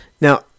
Now